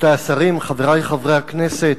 רבותי השרים, חברי חברי הכנסת,